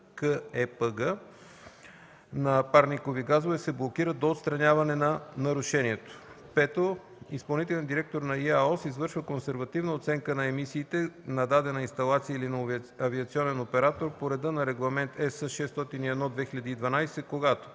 НРТКЕПГ на парникови газове се блокират до отстраняване на нарушението. (5) Изпълнителният директор на ИАОС извършва консервативна оценка на емисиите на дадена инсталация или на авиационен оператор по реда на Регламент (ЕС) № 601/2012, когато: